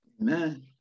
Amen